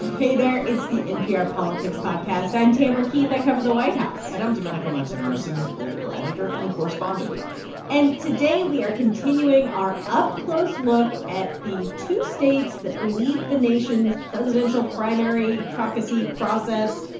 hey there. it's the npr politics podcast. i'm tamara keith i cover the white house and i'm domenico montanaro, senior political editor and correspondent and today we are continuing our up-close look at the two states that lead the nation's presidential primary caucus-y process,